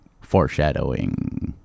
foreshadowing